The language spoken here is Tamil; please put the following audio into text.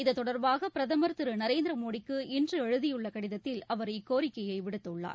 இத்தொடர்பாக பிரதமர் திரு நரேந்திர மோடிக்கு இன்று எழுதியுள்ள கடிதத்தில் அவர் இக்கோரிக்கையை விடுத்துள்ளார்